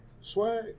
Swag